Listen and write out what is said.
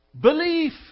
Belief